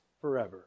forever